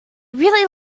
really